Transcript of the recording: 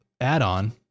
add-on